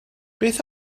beth